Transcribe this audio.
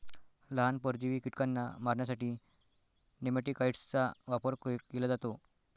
लहान, परजीवी कीटकांना मारण्यासाठी नेमॅटिकाइड्सचा वापर केला जातो